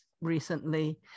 recently